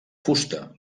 fusta